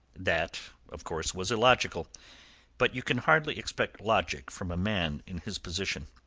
that, of course, was illogical but you can hardly expect logic from a man in his position.